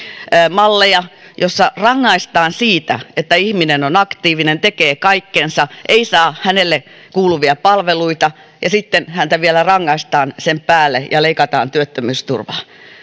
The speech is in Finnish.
malleja joissa rangaistaan siitä että ihminen on aktiivinen tekee kaikkensa ei saa hänelle kuuluvia palveluita ja sitten häntä vielä rangaistaan sen päälle ja leikataan työttömyysturvaa